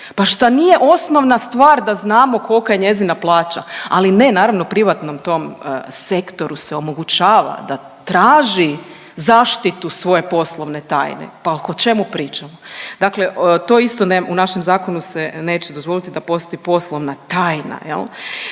Pa šta nije osnovna stvar da znamo kolika je njezina plaća? Ali ne, naravno privatnom tom sektoru se omogućava da traži zaštitu svoje poslovne tajne. Pa o čemu pričamo? Dakle, to isto u našem zakonu se neće dozvoliti da postoji poslovna tajna, jel'?